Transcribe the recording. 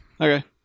Okay